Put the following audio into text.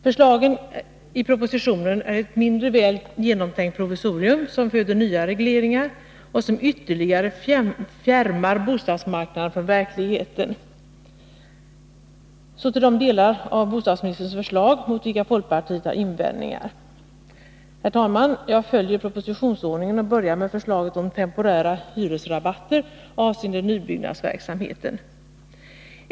Förslagen i propositionen är ett mindre väl genomtänkt provisorium, som föder nya regleringar och som ytterligare fjärmar bostadsmarknaden från verkligheten. Så till de delar av bostadsministerns förslag mot vilka folkpartiet har invändningar. Herr talman! Jag följer propositionsordningen och börjar med förslaget om temporära hyresrabatter avseende nybyggnadsverksamheten.